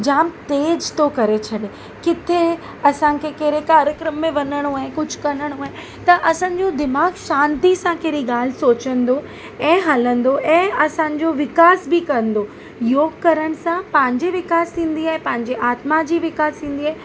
जामु तेज़ु थो करे छॾे किथे असांखे कहिड़े कार्यक्रम में वञिणो आहे कुझु करिणो आहे त असांजो दिमाग़ शांति सां कहिड़ी ॻाल्हि सोचींदो ऐं हलंदो ऐं असांजो विकासु बि कंदो योगु करणु सां पंहिंजी विकासु थींदी आहे पंहिंजे आत्मा जी विकासु थींदी आहे